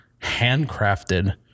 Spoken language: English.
handcrafted